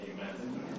Amen